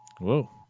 Whoa